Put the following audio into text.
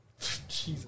Jesus